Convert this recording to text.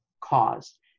caused